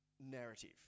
narrative